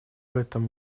этом